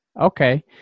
Okay